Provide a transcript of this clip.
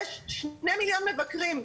יש שני מיליון מבקרים,